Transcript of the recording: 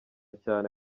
cyane